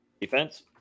Defense